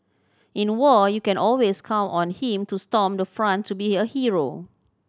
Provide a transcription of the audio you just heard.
in war you can always count on him to storm the front to be a hero